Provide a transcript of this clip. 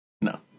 No